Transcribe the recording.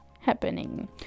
happening